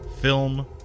film